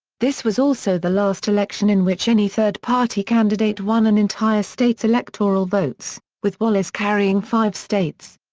this was also the last election in which any third party candidate won an entire state's electoral votes, with wallace carrying five states.